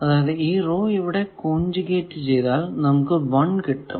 അതായതു ഈ റോ ഇവിടെ കോൺജുഗേറ്റ് ചെയ്താൽ നമുക്ക് 1 കിട്ടും